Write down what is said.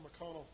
McConnell